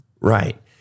Right